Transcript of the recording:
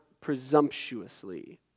presumptuously